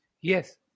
Yes